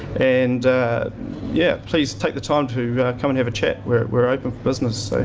and yeah please take the time to come and have a chat. we're open for business.